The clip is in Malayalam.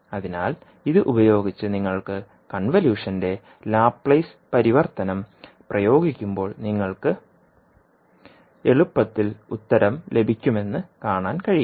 അതിനാൽ ഇത് ഉപയോഗിച്ച് നിങ്ങൾക്ക് കൺവല്യൂഷന്റെ ലാപ്ലേസ് പരിവർത്തനം പ്രയോഗിക്കുമ്പോൾ നിങ്ങൾക്ക് എളുപ്പത്തിൽ ഉത്തരം ലഭിക്കുമെന്ന് കാണാൻ കഴിയും